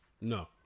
no